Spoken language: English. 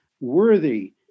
worthy